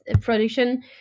production